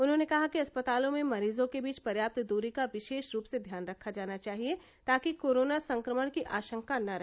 उन्होंने कहा कि अस्पतालों में मरीजों के बीच पर्याप्त दूरी का विशेष रूप से ध्यान रखा जाना चाहिए ताकि कोरोना संक्रमण की आशंका न रहे